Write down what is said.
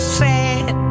sad